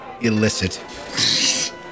illicit